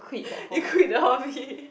you quit the